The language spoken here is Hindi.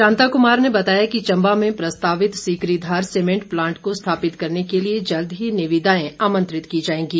शांता कुमार ने बताया कि चम्बा में प्रस्तावित सिकरीधार सीमेंट प्लांट को स्थापित करने के लिए जल्द ही निविदाएं आमंत्रित की जाएंगी